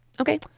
Okay